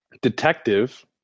Detective